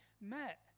met